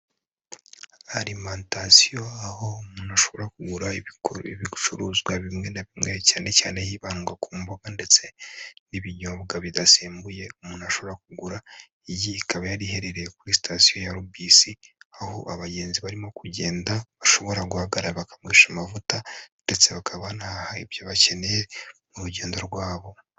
Arimantasiyo aho umuntu ashobora kugura ibicuruzwa bimwe na bimwe cyane cyane yibandwa ku mbuga ndetse n'ibinyobwa bidasembuye, umuntu ashobora kugura, iyi ikaba yari iherereye kuri sitatisiyo ya rubisi, aho abagenzi barimo kugenda, bashobora guhagarara bakankwesha amavuta, ndetse bakaba banahaha ibyo bakeneye mu rugendo rwabo.